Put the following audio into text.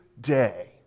day